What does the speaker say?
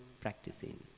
practicing